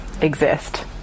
exist